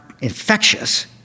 infectious